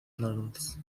levels